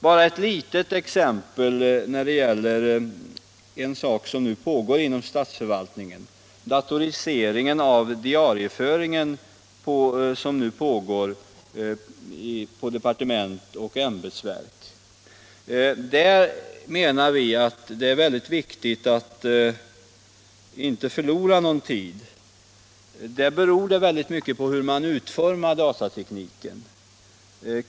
Bara ett litet exempel när det gäller den datorisering av diarieföringen som nu pågår inom departement och ämbetsverk. Där menar vi att det är väldigt viktigt att inte förlora någon tid. Där beror det väldigt mycket på hur man utformar datatekniken.